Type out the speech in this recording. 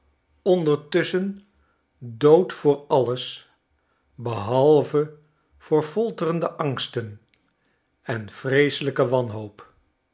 ondertusschen dood voor alles behalve voor folterende angsten en vreeselijke wanhoop